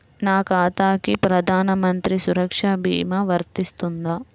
నా ఖాతాకి ప్రధాన మంత్రి సురక్ష భీమా వర్తిస్తుందా?